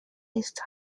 east